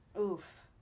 Oof